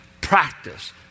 practice